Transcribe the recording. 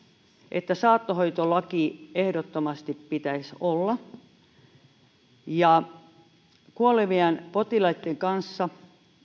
että saattohoitolaki pitäisi ehdottomasti olla kuolevien potilaitten kanssa